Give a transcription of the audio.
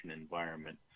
environment